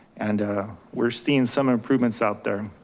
and we're seeing some improvements out there,